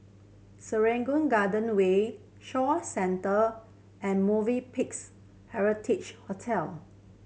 Serangoon Garden Way Shaw Centre and Movenpicks Heritage Hotel